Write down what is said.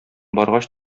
баргач